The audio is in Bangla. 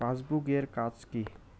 পাশবুক এর কাজ কি?